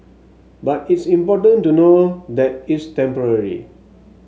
but it's important to know that it's temporary